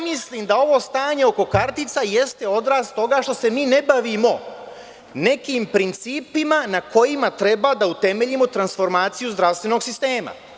Mislim da ovo stanje oko kartica jeste odraz toga što se mi ne bavimo nekim principima na kojima treba da utemeljimo transformaciju zdravstvenog sistema.